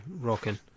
rocking